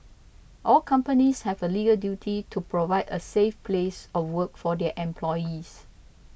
all companies have a legal duty to provide a safe place of work for their employees